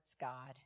God